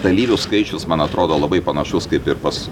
dalyvių skaičius man atrodo labai panašus kaip ir pas